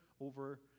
over